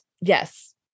Yes